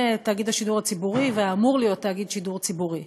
"תאגיד השידור הציבורי" והאמור להיות תאגיד שידור ציבורי.